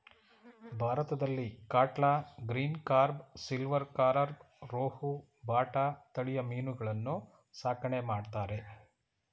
ಭಾರತದಲ್ಲಿ catla, green carp, silver carp, rohu, bata ತಳಿಯ ಮೀನುಗಳನ್ನು ಸಾಕಣೆ ಮಾಡ್ತರೆ